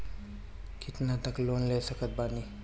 कितना तक लोन ले सकत बानी?